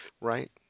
right